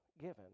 given